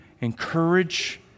encourage